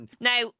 Now